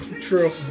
True